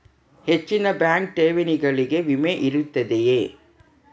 ಹೆಚ್ಚಿನ ಬ್ಯಾಂಕ್ ಠೇವಣಿಗಳಿಗೆ ವಿಮೆ ಇರುತ್ತದೆಯೆ?